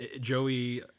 joey